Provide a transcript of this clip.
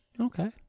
okay